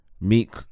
Meek